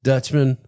Dutchman